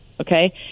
okay